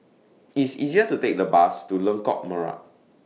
It's easier to Take The Bus to Lengkok Merak